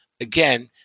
again